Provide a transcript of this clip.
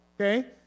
okay